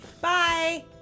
bye